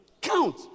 Count